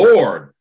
Lord